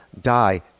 die